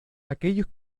aquellos